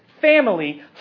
family